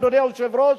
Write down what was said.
אדוני היושב-ראש,